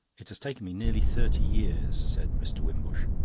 it has taken me nearly thirty years, said mr. wimbush.